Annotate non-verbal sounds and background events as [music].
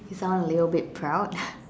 he sound a little bit proud [laughs]